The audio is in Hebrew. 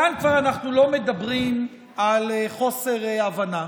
כאן כבר אנחנו לא מדברים על חוסר הבנה.